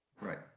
Right